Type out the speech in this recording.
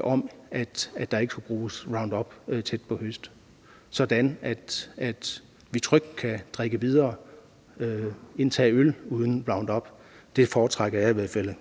om, at der ikke skulle bruges Roundup tæt på høsten, sådan at vi trygt kan drikke videre og indtage øl uden Roundup. Det foretrækker jeg i hvert fald.